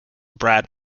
brad